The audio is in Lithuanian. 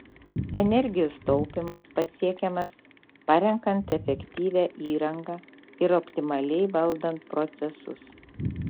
energijos taupymas pasiekiamas parenkant efektyvią įrangą ir optimaliai valdant procesus